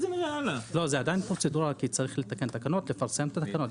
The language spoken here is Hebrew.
זאת עדיין פרוצדורה כי צריך לתקן תקנות ולפרסם את התקנות.